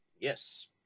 Yes